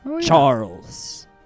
Charles